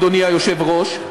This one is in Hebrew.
אדוני היושב-ראש,